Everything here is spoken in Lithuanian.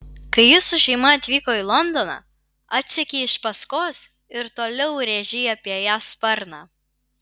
kai ji su šeima atvyko į londoną atsekei iš paskos ir toliau rėžei apie ją sparną